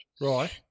Right